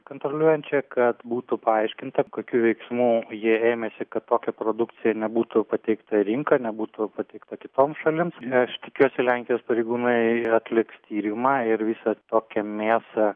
kontroliuojančią kad būtų paaiškinta kokių veiksmų ji ėmėsi kad tokia produkcija nebūtų pateikta į rinką nebūtų pateikta kitoms šalims na aš tikiuosi lenkijos pareigūnai atliks tyrimą ir visą tokią mėsą